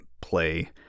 play